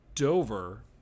Dover